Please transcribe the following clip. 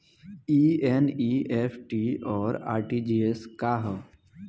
ई एन.ई.एफ.टी और आर.टी.जी.एस का ह?